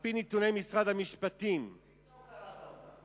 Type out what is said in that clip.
על-פי נתוני משרד המשפטים, ראית או קראת?